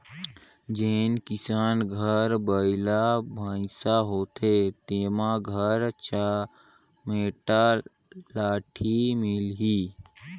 जेन किसान घर बइला भइसा होथे तेमन घर चमेटा लाठी मिलही